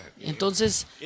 Entonces